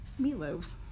meatloaves